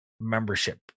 membership